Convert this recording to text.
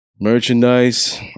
Merchandise